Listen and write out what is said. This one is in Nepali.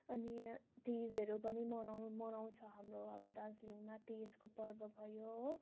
अनि तिजहरू पनि मनाउ मनाउँछ हाम्रो अब दार्जिलिङमा तिजको पर्व भयो हो